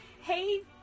Hey